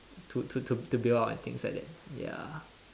to to to bail out and things like that ya